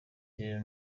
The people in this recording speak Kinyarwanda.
rero